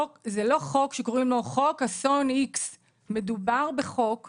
זה לא חוק שקוראים לו חוק אסון X. מדובר בחוק כללי,